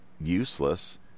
useless